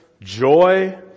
joy